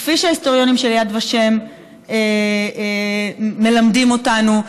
כפי שההיסטוריונים של יד ושם מלמדים אותנו,